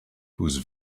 whose